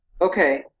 Okay